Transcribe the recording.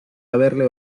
haberle